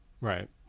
Right